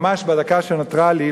ממש בדקה שנותרה לי,